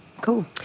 cool